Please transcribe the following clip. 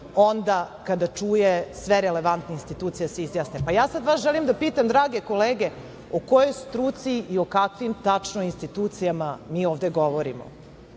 onda kada čuje sve relevantne institucije da se izjasne. Sad ja vas želim da pitam, drage kolege, o kojoj struci i o kakvim tačno institucijama mi ovde govorimo?